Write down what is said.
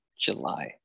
july